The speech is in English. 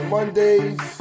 Mondays